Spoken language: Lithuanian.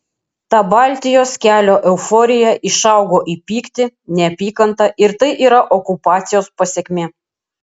ta baltijos kelio euforija išaugo į pyktį neapykantą ir tai yra okupacijos pasekmė